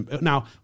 now